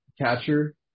catcher